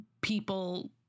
people